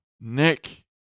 Nick